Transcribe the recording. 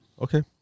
Okay